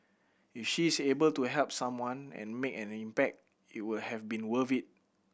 if she is able to help someone and make an impact it would have been worth it